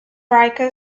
riker